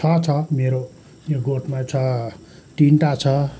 छ छ मेरो यो गोठमा छ तिनवटा छ